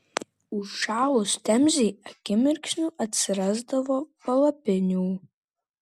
užšalus temzei akimirksniu atsirasdavo palapinių